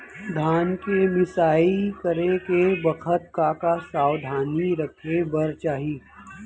धान के मिसाई करे के बखत का का सावधानी रखें बर चाही?